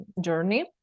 journey